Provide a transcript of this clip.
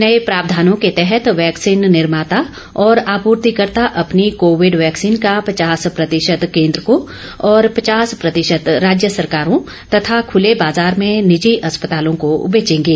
नए प्रावधानों के तहत वैक्सीन निर्माता और आपूर्तिकर्ता अपनी कोविड वैक्सीन का पचास प्रतिशत केन्द्र को और पचास प्रतिशत राज्य सरकारों तथा खुले बाजार में निजी अस्पतालों को बेचेंगे